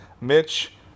Mitch